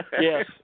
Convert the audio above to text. Yes